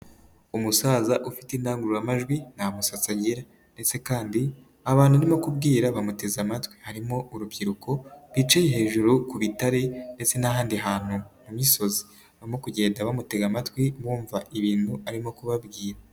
Umusaza ufite indangururamajwi nta musatsi agira ndetse kandi abantu arimo kubwira bamuteze amatwi, harimo urubyiruko rwicaye hejuru ku bitare ndetse n'ahandi hantu mu misozimo, bari kugenda bamutega amatwi bumva ibintu arimo kubabwira.